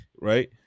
right